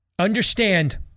Understand